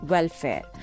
Welfare